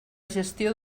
gestió